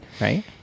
right